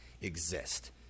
exist